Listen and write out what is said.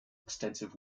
extensive